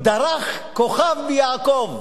"דרך כוכב מיעקב".